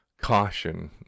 caution